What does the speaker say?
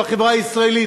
בחברה הישראלית,